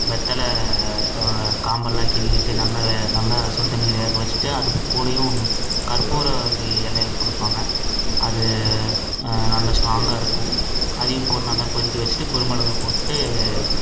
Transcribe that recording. வெத்தலை காம்பெல்லாம் கிள்ளிவிட்டு நல்லா வே நல்லா சுடு தண்ணில வேக வச்சிட்டு அதுக்கூடையும் கற்ப்பூரவள்ளி இலைல் கொடுப்பாங்க அது நல்லா ஸ்ட்ராங்காக இருக்கும் அதையும் போட்டு நல்லா கொதிக்க வெஷ்ட்டு குறுமிளக போட்டு